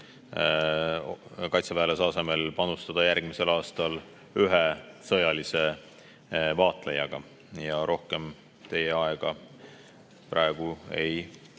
kaitseväelase asemel panustada järgmisel aastal ühe sõjalise vaatlejaga. Ja rohkem ma teie aega praegu ei